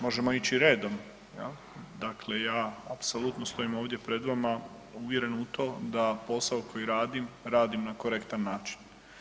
Možemo ići redom jel, dakle ja apsolutno stojim ovdje pred vama uvjeren u to da posao koji radim radim na korektan način.